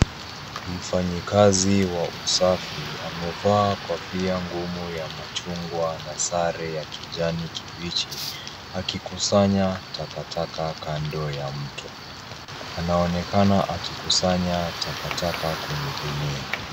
Mfanyikazi wa usafi amevaa kofia ngumu ya machungwa na sare ya kijani kibichi akikusanya takataka kando ya mto, anaonekana akikusanya takataka kwenye gunia.